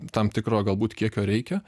tam tikro galbūt kiekio reikia